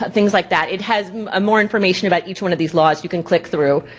things like that. it has ah more information about each one of these laws, you can click through.